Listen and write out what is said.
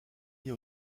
liés